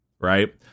right